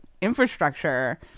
infrastructure